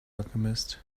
alchemist